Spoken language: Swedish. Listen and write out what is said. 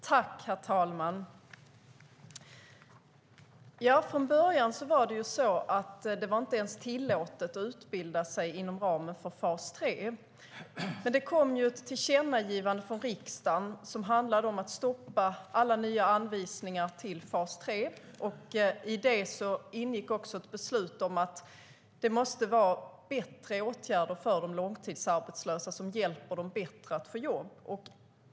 Herr talman! Från början var det inte ens tillåtet att utbilda sig inom ramen för fas 3. Men det kom ett tillkännagivande från riksdagen som handlade om att stoppa alla nya anvisningar till fas 3. I det ingick också ett beslut om att det måste vara bättre åtgärder för de långtidsarbetslösa som hjälper dem bättre att få jobb.